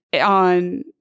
on